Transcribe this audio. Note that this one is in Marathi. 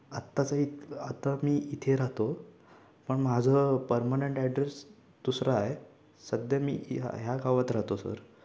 आताचं इथं आता मी इथे राहतो पण माझं परमनंट ॲड्रेस दुसरा आहे सध्या मी ह्या गावात राहतो सर